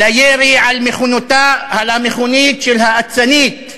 לירי על המכונית של האצנית,